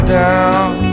down